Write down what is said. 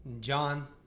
John